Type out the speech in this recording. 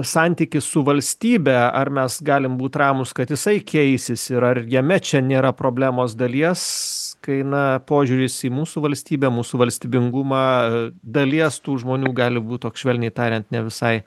santykis su valstybe ar mes galim būti ramūs kad jisai keisis ir ar jame čia nėra problemos dalies kai na požiūris į mūsų valstybę mūsų valstybingumą dalies tų žmonių gali būti toks švelniai tariant ne visai